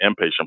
inpatient